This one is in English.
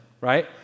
right